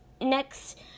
next